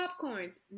popcorns